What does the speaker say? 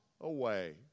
away